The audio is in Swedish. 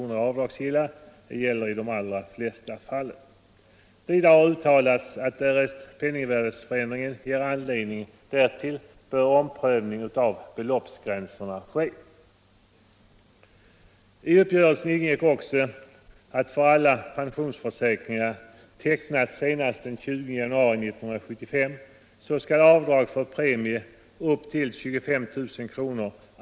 är avdragsgilla. Detta gäller i de allra flesta fall. Vidare har uttalats att därest penningvärdeförändringen ger anledning därtill bör omprövning av beloppsgränserna ske. I uppgörelsen ingick också att för alla pensionsförsäkringar, tecknade senast den 20 januari 1975, skall avdrag för premie på upp till 25 000 kr.